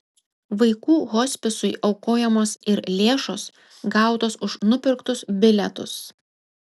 vaikų hospisui aukojamos ir lėšos gautos už nupirktus bilietus